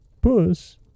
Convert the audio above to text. Puss